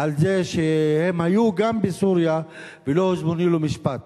על זה שגם הם היו בסוריה ולא הוזמנו למשפט.